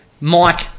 Mike